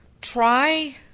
try